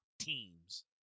teams